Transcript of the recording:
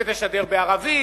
תשדר בערבית,